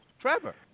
Trevor